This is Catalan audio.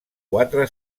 quatre